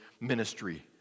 ministry